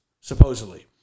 supposedly